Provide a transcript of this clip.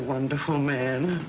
wonderful man